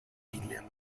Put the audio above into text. william